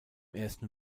ersten